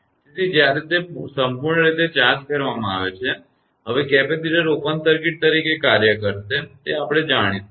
તેથી જ્યારે તે સંપૂર્ણ રીતે ચાર્જ કરવામાં આવે છે હવે કેપેસિટર ઓપન સર્કિટ તરીકે કાર્ય કરશે જે આપણને જાણીતું છે